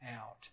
out